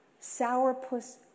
sourpuss